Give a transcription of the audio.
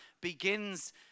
begins